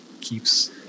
keeps